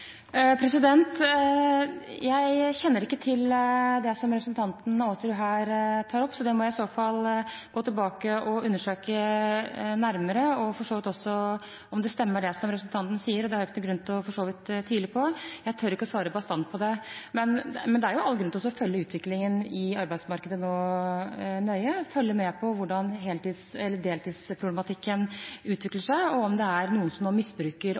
Jeg kjenner ikke til det representanten Aasrud her tar opp, så det må jeg i så fall gå tilbake og undersøke nærmere, også om det stemmer det som representanten sier – det har jeg for så vidt ingen grunn til å tvile på. Jeg tør ikke svare bastant på det. Det er all grunn til å følge utviklingen i arbeidsmarkedet nøye nå, følge med på hvordan deltidsproblematikken utvikler seg, og om det er noen som misbruker ordningen. Ingen ønsker at man skal misbruke de mulighetene som nå